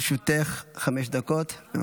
בבקשה, לרשותך חמש דקות.